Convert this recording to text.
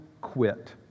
quit